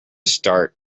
start